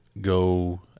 go